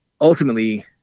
ultimately